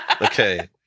Okay